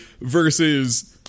versus